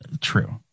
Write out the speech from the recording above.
true